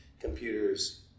computers